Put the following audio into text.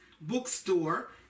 bookstore